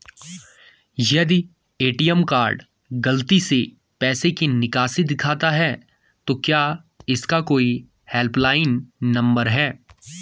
यदि ATM card गलती से पैसे की निकासी दिखाता है तो क्या इसका कोई हेल्प लाइन नम्बर है?